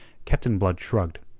captain blood shrugged,